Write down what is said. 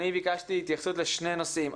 אני ביקשתי התייחסות לשני נושאים.